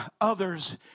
others